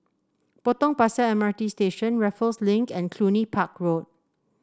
Potong Pasir M R T Station Raffles Link and Cluny Park Road